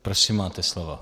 Prosím, máte slovo.